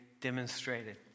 demonstrated